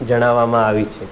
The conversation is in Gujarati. જણાવવામાં આવી છે